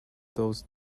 those